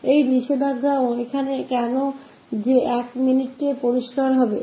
यह प्रतिबंध यहां क्यों है जो एक मिनट में स्पष्ट हो जाएगा